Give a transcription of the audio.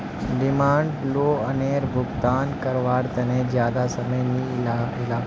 demand लोअनेर भुगतान कारवार तने ज्यादा समय नि इलोह